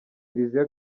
kiliziya